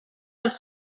have